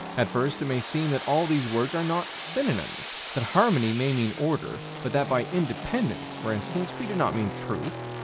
at first it may seem that all these words are not synonyms that harmony may mean order, but that by independence, for instance, we do not mean truth,